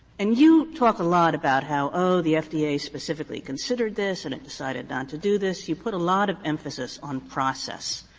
and you talk a lot about how, oh, the fda specifically considered this and it decided not to do this. you put a lot of emphasis on process.